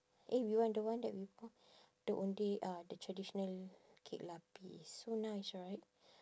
eh we want the one that we bought the ondeh ah the traditional kek lapis so nice right